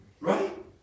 Right